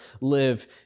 live